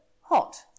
hot